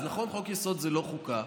אז נכון, חוק-יסוד זה לא חוקה,